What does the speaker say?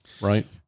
right